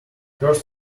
first